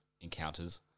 encounters